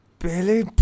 Billy